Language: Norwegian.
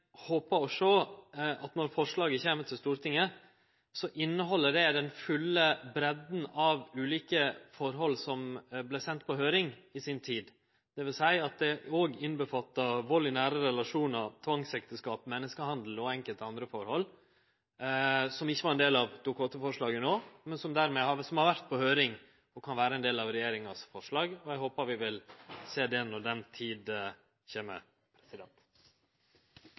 håpar å sjå at når forslaget kjem til Stortinget, inneheld det den fulle breidda av ulike forhold som vart sende på høyring i si tid, dvs. at det òg omfattar vald i nære relasjonar, tvangsekteskap, menneskehandel og enkelte andre forhold, som ikkje var ein del av Dokument 8-forslaget no, men som har vore på høyring, og som kan vere ein del av regjeringa sitt forslag. Eg håpar vi vil sjå det når den tida kjem.